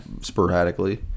sporadically